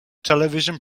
television